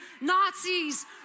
Nazis